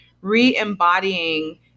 re-embodying